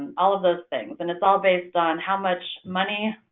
and all of those things. and it's all based on how much money,